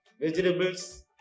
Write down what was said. vegetables